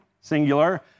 singular